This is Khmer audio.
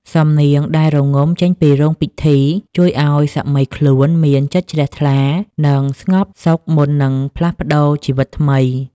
សំនៀងដែលរងំពេញរោងពិធី ជួយឱ្យសាមីខ្លួនមានចិត្តជ្រះថ្លា និងស្ងប់សុខមុននឹងផ្លាស់ប្តូរជីវិតថ្មី។